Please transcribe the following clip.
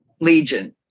legion